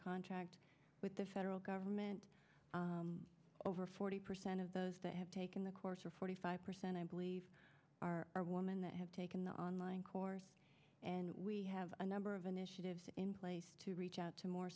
contract with the federal government over forty percent of those that have taken the course or forty five percent i believe are our woman that have taken online course and we have a number of initiatives in place to reach out to more